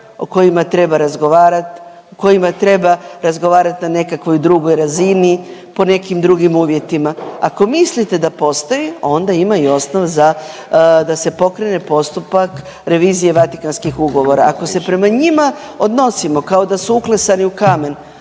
o kojima treba razgovarati, o kojima treba razgovarati na nekakvoj drugoj razini, po nekim drugim uvjetima. Ako mislite da postoji onda i ima osnov za, da se pokrene postupak revizije Vatikanskih ugovora. Ako se prema njima odnosimo kao da su uklesani u kamen,